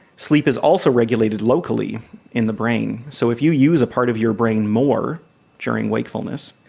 sleep is also regulated locally in the brain. so if you use a part of your brain more during wakefulness,